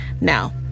Now